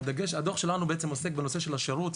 הדוח שלנו עוסק בנושא של השירות.